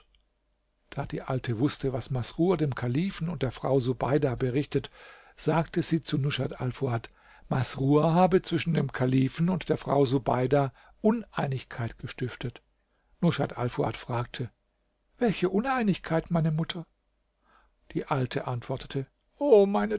da die alte wußte was masrur dem kalifen und der frau subeida berichtet sagte sie zu rushat alfuad masrur habe zwischen dem kalifen und der frau subeida uneinigkeit gestiftet rushat alfuad fragte welche uneinigkeit meine mutter die alte antwortete o meine